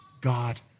God